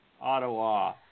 Ottawa